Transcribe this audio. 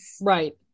Right